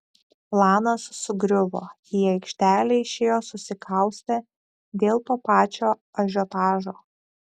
planas sugriuvo į aikštelę išėjo susikaustę dėl to pačio ažiotažo